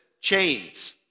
chains